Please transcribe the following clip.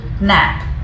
nap